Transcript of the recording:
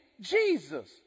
Jesus